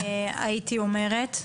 הייתי אומרת.